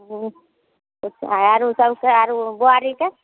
हूँ आरो सबके आरो बोआरीके